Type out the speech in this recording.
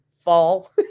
fall